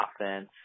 offense